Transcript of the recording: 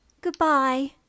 Goodbye